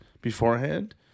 beforehand